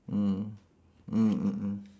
mm mm mm mm